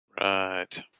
Right